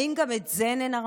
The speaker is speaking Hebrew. האם גם את זה ננרמל?